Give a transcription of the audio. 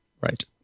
right